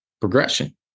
progression